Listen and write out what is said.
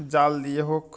জাল দিয়ে হোক